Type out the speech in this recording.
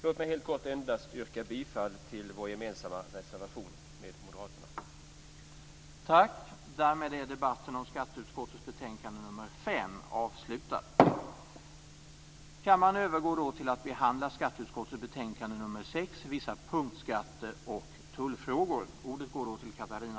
Låt mig helt kort endast yrka bifall till vår gemensamma reservation med Moderaterna.